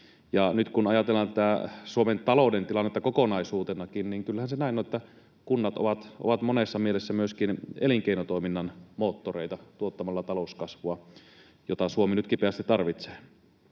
nyt kun ajatellaan tätä Suomen talouden tilannetta kokonaisuutenakin, niin kyllähän se näin on, että kunnat ovat monessa mielessä myöskin elinkeinotoiminnan moottoreita tuottamalla talouskasvua, jota Suomi nyt kipeästi tarvitsee.